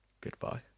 Goodbye